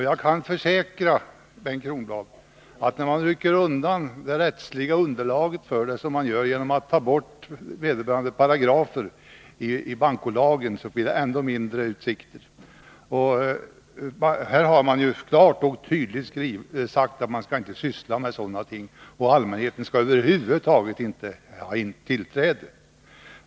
Jag kan försäkra Bengt Kronblad att när man rycker undan det rättsliga underlaget för det, vilket man gör genom att ta bort vederbörande paragraf i bankoreglementet, blir utsikterna ännu mindre. Det har sagts klart och tydligt att kontoren inte skall syssla med sådan verksamhet som riktar sig till allmänheten. Allmänheten skall över huvud taget inte ha tillträde.